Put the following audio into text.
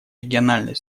региональной